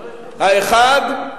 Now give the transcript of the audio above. האחד,